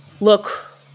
look